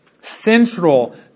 central